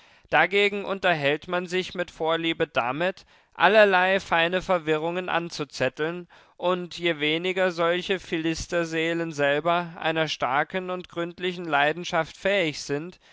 dagegen unterhält man sich mit vorliebe damit allerlei feine verwirrungen anzuzetteln und je weniger solche philisterseelen selber einer starken und gründlichen leidenschaft fähig sind